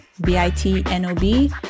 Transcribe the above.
B-I-T-N-O-B